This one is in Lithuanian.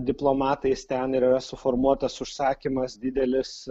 diplomatais ten yra suformuotas užsakymas didelis